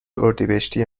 اردیبهشتی